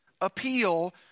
appeal